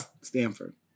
Stanford